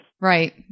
Right